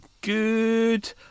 good